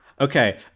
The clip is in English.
Okay